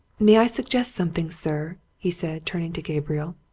may i suggest something, sir? he said, turning to gabriel.